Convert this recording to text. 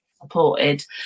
supported